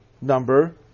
number